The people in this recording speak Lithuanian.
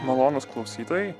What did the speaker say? malonūs klausytojai